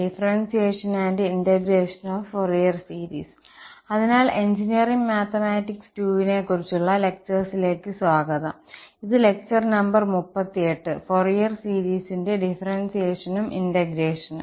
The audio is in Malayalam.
differentiation and integration of Fourier series അതിനാൽ എഞ്ചിനീയറിംഗ് മാത്തമാറ്റിക്സ് II നെക്കുറിച്ചുള്ള ലെക്ചർസിലേക്ക് സ്വാഗതം ഇത് ലെക്ചർ നമ്പർ 38 ഫൊറിയർ സീരീസിന്റെ ഡിഫറെൻസിയേഷനും ഇന്റഗ്രേഷനും